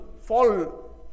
fall